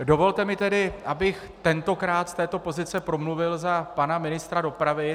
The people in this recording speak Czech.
Dovolte mi, abych tentokrát z této pozice promluvil za pana ministra dopravy.